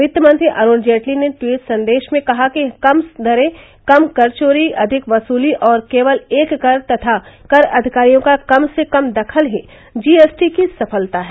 वित्तमंत्री अरुण जेटली ने टवीट संदेश में कहा कि कम दरे कम कर चोरी अधिक वसुली और केवल एक कर तथा कर अधिकारियों का कम से कम दखल ही जीएसटी की सफलता है